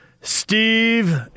Steve